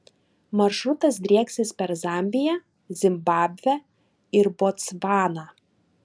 maršrutas drieksis per zambiją zimbabvę ir botsvaną